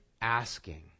asking